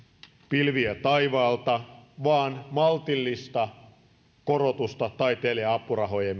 pilviä taivaalta vaan maltillista korotusta taiteilija apurahojen